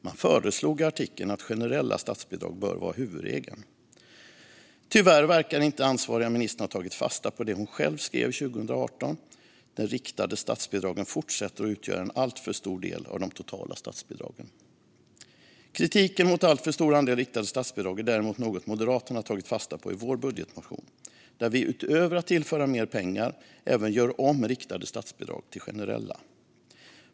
Man föreslog att generella statsbidrag bör vara huvudregeln. Tyvärr verkar inte den ansvariga ministern ha tagit fasta på det hon själv skrev 2018. De riktade statsbidragen fortsätter att utgöra en alltför stor del av de totala statsbidragen. Kritiken mot den alltför stora andelen riktade statsbidrag är däremot något vi i Moderaterna har tagit fasta på i vår budgetmotion, där vi utöver att tillföra mer pengar även gör om riktade statsbidrag till generella.